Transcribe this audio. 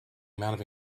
amount